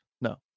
No